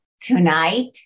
tonight